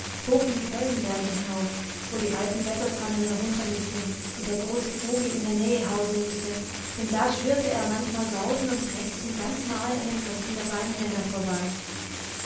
hoch in die felsenberge hinauf wo die alten wettertannen herunternickten und der große vogel in der nähe hausen mußte denn da schwirrte er manchmal sausend und krächzend ganz nahe an den köpfen der beiden männer vorbei